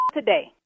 today